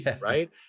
right